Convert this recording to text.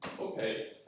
Okay